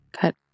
cut